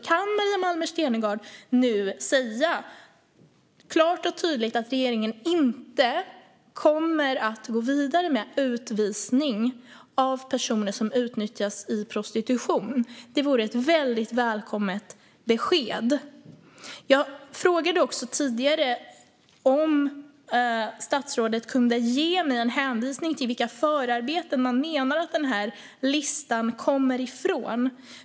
Kan Maria Malmer Stenergard nu säga, klart och tydligt, att regeringen inte kommer att gå vidare med utvisning av personer som utnyttjas i prostitution? Det vore ett väldigt välkommet besked. Jag frågade också tidigare om statsrådet kunde ge mig en hänvisning till vilka förarbeten man menar att den här listan kommer ifrån.